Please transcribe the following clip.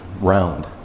round